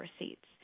receipts